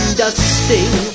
dusting